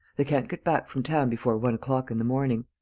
they can't get back from town before one o'clock in the morning.